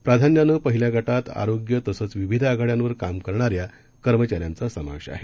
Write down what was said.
प्राधान्यानं पहिल्या गटात आरोग्य तसंच विविध आघाड्यांवर काम करणाऱ्या कर्मचाऱ्यांचा समावेश आहे